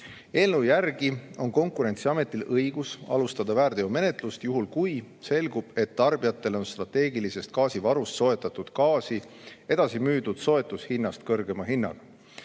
Eelnõu järgi on Konkurentsiametil õigus alustada väärteomenetlust, kui selgub, et tarbijatele on strateegilisest gaasivarust soetatud gaasi edasi müüdud soetushinnast kõrgema hinnaga.